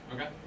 Okay